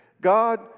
God